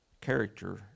character